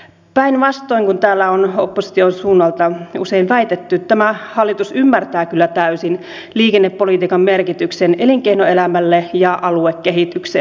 päinvastoin kuin täällä on opposition suunnalta usein väitetty tämä hallitus ymmärtää kyllä täysin liikennepolitiikan merkityksen elinkeinoelämälle ja aluekehitykselle